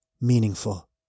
meaningful